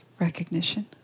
recognition